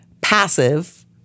passive